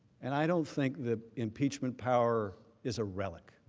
and i don't think that impeachment power is a relic.